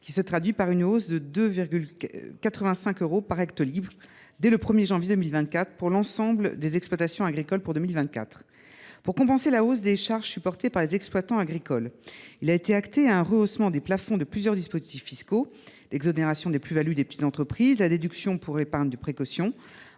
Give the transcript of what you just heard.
Cela se traduira par une hausse de 2,85 euros par hectolitre, dès le 1 janvier 2024 pour l’ensemble des exploitations agricoles. Pour compenser la hausse des charges supportées par les exploitants agricoles, un rehaussement des plafonds de plusieurs dispositifs fiscaux – exonération des plus values des petites entreprises, déduction pour épargne de précaution…